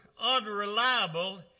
unreliable